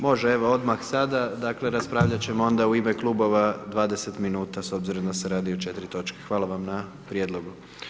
Može, evo odmah sada, dakle, raspravljati ćemo onda u ime Klubova 20 minuta, s obzirom da se radi o 4 točke, hvala vam na prijedlogu.